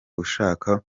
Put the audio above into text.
ushaka